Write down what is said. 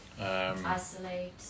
isolate